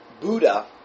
Buddha